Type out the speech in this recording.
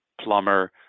plumber